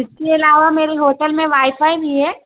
اس کے علاوہ میرے ہوٹل میں وائی فائی بھی ہے